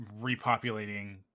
repopulating